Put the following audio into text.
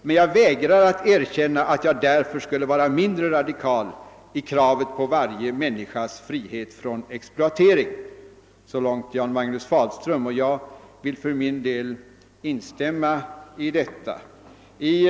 Men jag vägrar att erkänna att jag därför skulle vara mindre radikal — i kravet på varje människas frihet från exploatering.» Så långt Jan-Magnus Fahlström. Jag vill för min del instämma i dessa ord.